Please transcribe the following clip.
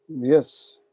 yes